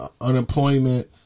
unemployment